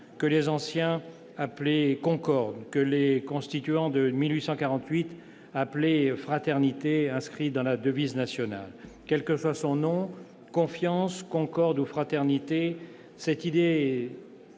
que les anciens appelaient « concorde », que les Constituants de 1848 appelaient « fraternité », valeur inscrite depuis dans notre devise nationale. Quel que soit son nom, confiance, concorde ou fraternité, cette idée